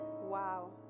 Wow